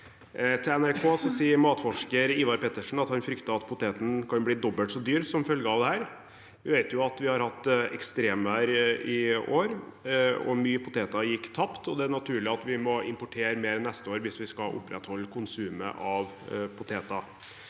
Til NRK sier matforsker Ivar Pettersen at han frykter poteten kan bli dobbelt så dyr som følge av dette. Vi vet at vi har hatt ekstremvær i år, og mye potet gikk tapt. Det er naturlig at vi må importere mer til neste år hvis vi skal